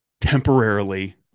temporarily